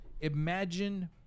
imagine